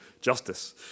justice